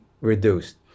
reduced